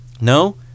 No